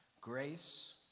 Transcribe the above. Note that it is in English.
grace